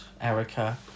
Erica